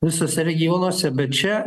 visuose regionuose bet čia